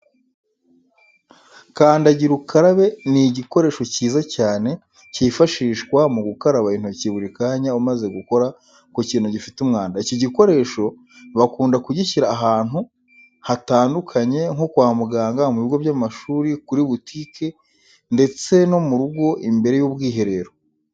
Kandagira ukarabe ni igikoresho cyiza cyane cyifashishwa mu gukaraba intoki buri kanya umaze gukora ku kintu gifite umwanda. Iki gikoresho bakunda kugishyira ahantu hantandukanye nko kwa muganga, ku bigo by'amashuri, kuri butike ndetse no mu rugo imbere y'ubwiherero.